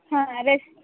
ಹಾಂ ರೆಸ್